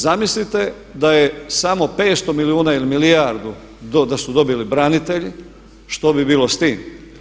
Zamislite da je samo 500 milijuna ili milijardu da su dobili branitelji što bi bilo s tim.